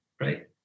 Right